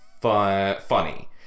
funny